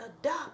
adopt